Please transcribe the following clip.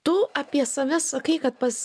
tu apie save sakai kad pas